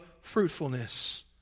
fruitfulness